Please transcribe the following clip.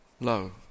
low